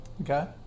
Okay